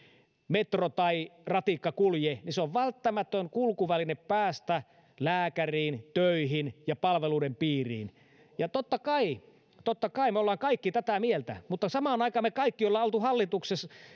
metro tai ratikka kulje se on välttämätön kulkuväline päästä lääkäriin töihin ja palveluiden piiriin totta kai totta kai me olemme kaikki tätä mieltä mutta samaan aikaan me kaikki olemme olleet